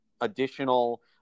additional